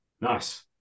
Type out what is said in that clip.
Nice